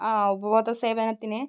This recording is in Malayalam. ആ ഉപഭോക്തൃ സേവനത്തിന്